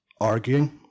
arguing